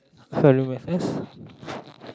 family matters